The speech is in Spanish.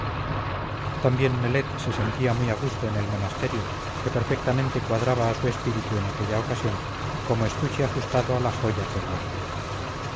también nelet se sentía muy a gusto en el monasterio que perfectamente cuadraba a su espíritu en aquella ocasión como estuche ajustado a la joya que guarda